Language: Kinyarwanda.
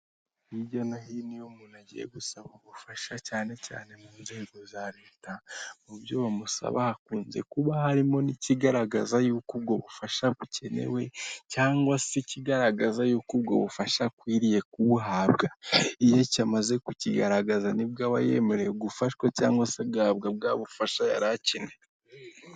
Hirya no hino iyo umuntu agiye gusaba ubufasha cyane cyane mu nzego za leta, mu byo bamusaba hakunze kuba harimo n'ikigaragaza yuko ubwo bufasha bukenewe cyangwa se ikigaragaza yuko ubwo bufasha akwiriye kubuhabwa, iyo icyo yamaze kukigaragaza nibwo aba yemerewe gufashwa cyangwa se agahabwa bwa bufasha yari akeneye.